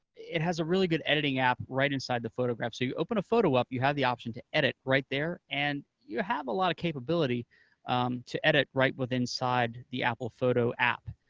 it has a really good editing app right inside the photograph. so you open a photo up, you have the option to edit right there, and you have a lot of capability to edit right within side the apple photo app.